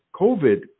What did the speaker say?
COVID